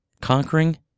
conquering